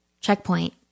checkpoint